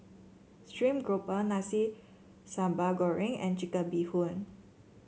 stream grouper Nasi Sambal Goreng and Chicken Bee Hoon